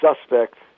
suspect